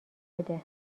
بده